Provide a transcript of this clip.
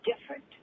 different